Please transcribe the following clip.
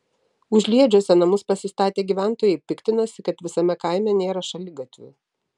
užliedžiuose namus pasistatę gyventojai piktinasi kad visame kaime nėra šaligatvių